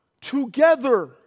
together